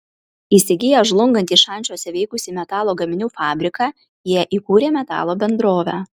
įsigiję žlungantį šančiuose veikusį metalo gaminių fabriką jie įkūrė metalo bendrovę